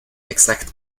exact